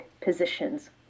positions